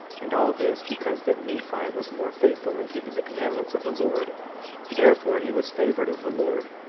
and all this because that nephi was more faithful in keeping the commandments of the lord therefore he was favored of the lord,